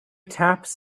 taps